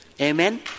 Amen